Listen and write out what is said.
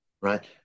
right